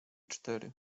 cztery